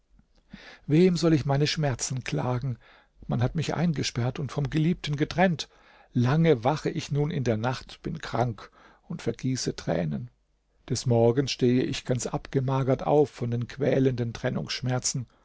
wem soll ich meine schmerzen klagen man hat mich eingesperrt und vom geliebten getrennt lange wache ich nun in der nacht bin krank und vergieße tränen des morgens stehe ich ganz abgemagert auf von den quälenden trennungsschmerzen